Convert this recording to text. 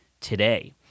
today